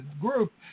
group